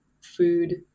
food